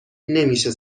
نمیشه